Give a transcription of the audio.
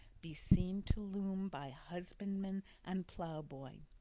be seen to loom by husbandman and ploughboy.